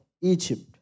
Egypt